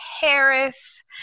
Harris